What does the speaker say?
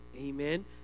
amen